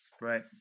Right